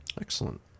excellent